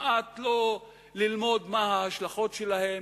כמעט בלי ללמוד מה ההשלכות שלהם,